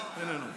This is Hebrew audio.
איננו.